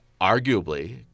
arguably